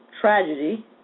tragedy